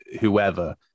whoever